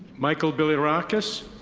michael bilirakis.